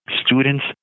students